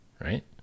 right